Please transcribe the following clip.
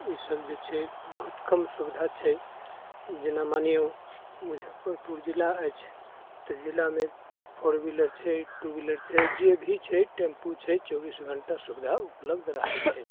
ई सभ जे छै बहुत कम सु विधा छै जेना मानियौ मुजफ्फरपुर जिला अछि तऽ जिलामे फोर व्हीलर छै टू व्हीलर छै जे भी छै टेम्पू छै चौबीस घण्टा सुविधा उपलब्ध रहैत छै